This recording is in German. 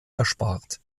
erspart